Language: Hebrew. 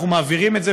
אנחנו מעבירים את זה,